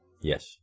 yes